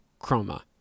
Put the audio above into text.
Chroma